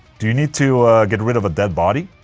do you need to get rid of a dead body?